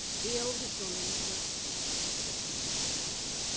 the eldest on em, sir said toodle, with a smile.